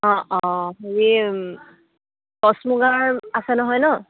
অঁ অঁ হেৰি টচ মুগাৰ আছে নহয় ন